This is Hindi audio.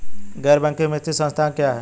गैर बैंकिंग वित्तीय संस्था क्या है?